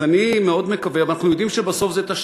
אנחנו יודעים שבסוף זה תשתית.